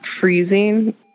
freezing